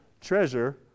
treasure